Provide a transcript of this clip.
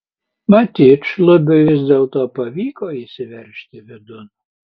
matyt šlubiui vis dėlto pavyko įsiveržti vidun